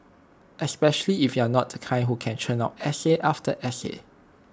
especially if you're not the kind who can churn out essay after essay